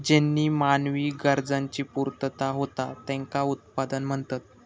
ज्येनीं मानवी गरजांची पूर्तता होता त्येंका उत्पादन म्हणतत